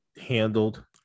handled